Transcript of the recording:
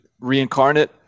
reincarnate